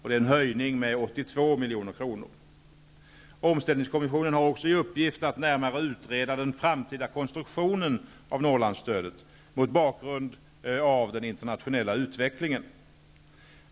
Det är en höjning med 82 milj.kr. Omställningskommissionen har också i uppgift att närmare utreda den framtida konstruktionen av Norrlandsstödet mot bakgrund av den internationella utvecklingen.